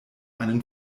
einen